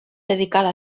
dedicada